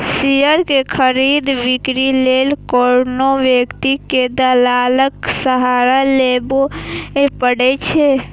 share के खरीद, बिक्री लेल कोनो व्यक्ति कें दलालक सहारा लेबैए पड़ै छै